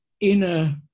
inner